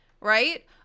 right